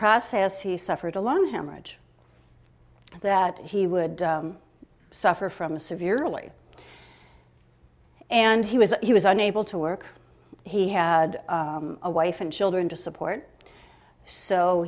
process he suffered a long hemorrhage that he would suffer from a severely and he was he was unable to work he had a wife and children to support so